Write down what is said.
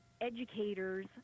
educators